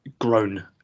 grown